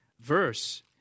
verse